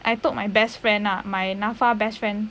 I told my best friend ah my NAFA best friend